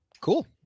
Cool